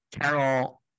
Carol